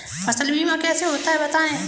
फसल बीमा कैसे होता है बताएँ?